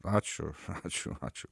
ačiū ačiū ačiū